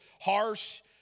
harsh